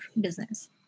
business